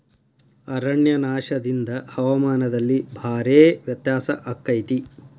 ಅರಣ್ಯನಾಶದಿಂದ ಹವಾಮಾನದಲ್ಲಿ ಭಾರೇ ವ್ಯತ್ಯಾಸ ಅಕೈತಿ